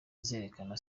bazerekana